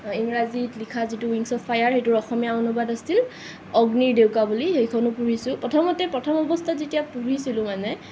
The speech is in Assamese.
ইংৰাজীত লিখা যিটো উইংছ অফ ফায়াৰ সেইটোৰ অসমীয়া অনুবাদ হৈছিল অগ্নিৰ ডেউকা বুলি সেইখনো পঢ়িছোঁ প্ৰথমতে প্ৰথম অৱস্থাত যেতিয়া পঢ়িছিলোঁ মানে